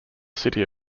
city